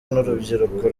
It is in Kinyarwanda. n’urubyiruko